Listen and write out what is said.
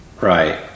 Right